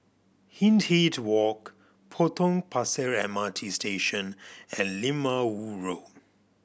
Hindhede Walk Potong Pasir M R T Station and Lim Ah Woo Road